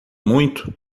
muito